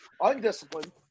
undisciplined